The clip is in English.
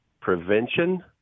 prevention